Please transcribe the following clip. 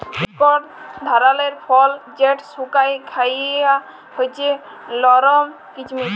ইকট ধারালের ফল যেট শুকাঁয় খাউয়া হছে লরম কিচমিচ